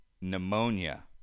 pneumonia